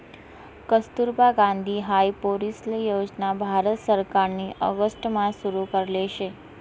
कस्तुरबा गांधी हाई पोरीसले योजना भारत सरकारनी ऑगस्ट मा सुरु करेल शे